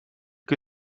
que